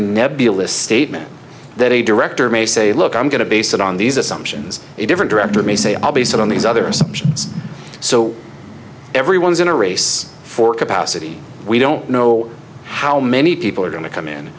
nebulous statement that a director may say look i'm going to base it on these assumptions a different director may say i'll be set on these other assumptions so everyone's in a race for capacity we don't know how many people are going to come in